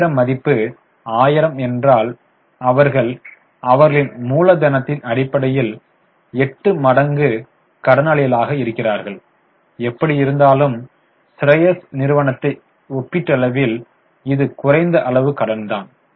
நிகர மதிப்பு 1000 என்றால் அவர்கள் அவர்களின் மூலதனத்தின் அடிப்படையில் 8 மடங்கு கடனாளிகளாக இருக்கிறார்கள் எப்படியிருந்தாலும் ஸ்ரேயாஸ் நிறுவனத்தை ஒப்பீட்டளவில் இது குறைந்த அளவு கடன் தான்